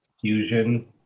fusion